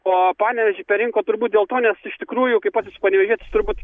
o panevėžy perrinko turbūt dėl to nes iš tikrųjų kaip pats aš panevėžietis turbūt